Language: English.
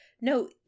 no